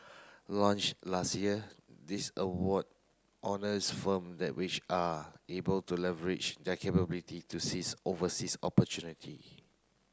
launch last year this award honours firm that which are able to leverage their capability to seize overseas opportunity